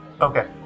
Okay